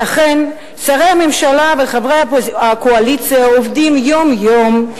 ואכן שרי הממשלה וחברי הקואליציה עובדים יום-יום,